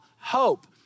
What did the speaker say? hope